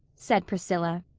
said priscilla.